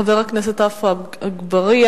חבר הכנסת עפו אגבאריה,